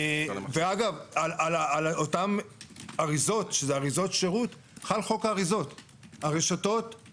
לכן יש להיזהר מלהרחיב את זה ליותר מדי מעבר לנדרש.